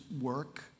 work